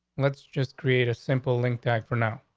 let's just create a simple link tax for now,